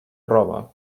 roba